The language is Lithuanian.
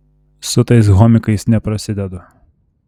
su tais homikais neprasidedu